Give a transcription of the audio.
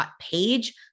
page